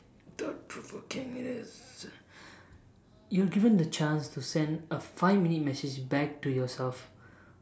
thought provoking it is you're given the chance to send a five minute message back to yourself